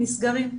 נסגרים.